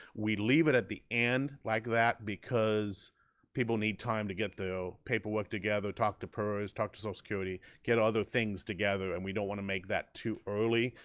we leave it at the end like that, because people need time to get the paperwork together, talk to pers, talk to social so security, get other things together. and we don't want to make that too early,